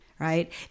right